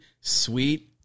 sweet